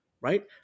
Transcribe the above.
right